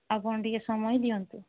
ଆପଣ ଟିକିଏ ସମୟ ଦିଅନ୍ତୁ